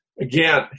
again